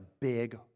big